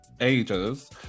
ages